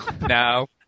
No